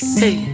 hey